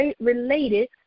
related